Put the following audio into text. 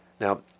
now